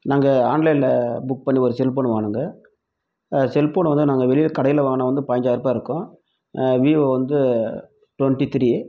நாங்கள் ஆன்லைன்ல புக் பண்ணி ஒரு செல்ஃபோன் வாங்கினோங்க செல்ஃபோன் வந்து நாங்கள் வெளியில கடையில் வாங்கினா வந்து பயஞ்சாயர்ரூபாய் இருக்கும் வீவோ வந்து டுண்ட்டி த்ரீ